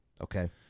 Okay